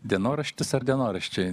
dienoraštis ar dienoraščiai